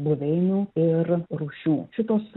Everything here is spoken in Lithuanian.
buveinių ir rūšių šitos